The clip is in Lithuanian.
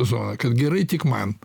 zoną kad gerai tik man